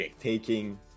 taking